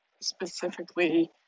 specifically